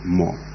more